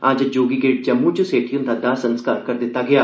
अज्ज जोगी गेट जम्मू च सेठी हंदा दाह संस्कार करी दित्ता गेआ